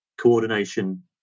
Coordination